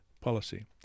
policy